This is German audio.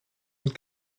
und